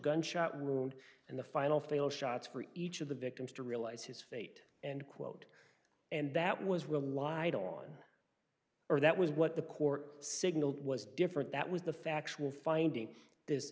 gunshot wound and the final fail shots for each of the victims to realize his fate and quote and that was relied on or that was what the court signaled was different that was the factual finding this